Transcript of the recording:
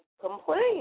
Complain